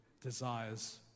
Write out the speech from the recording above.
desires